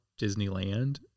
disneyland